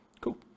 Cool